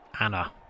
Anna